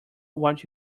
what